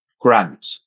grant